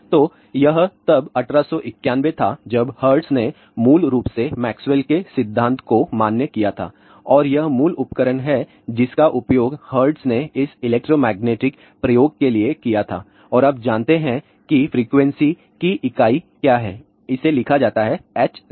तो यह तब 1891 था जब हर्ट्ज ने मूल रूप से मैक्सवेल के सिद्धांत को मान्य किया था और यह मूल उपकरण है जिसका उपयोग हर्ट्ज ने इस इलेक्ट्रोमैग्नेटिक प्रयोग के लिए किया था और आप जानते हैं कि फ्रीक्वेंसी की इकाई क्या है इसे लिखा जाता है Hz